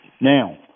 Now